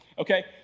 Okay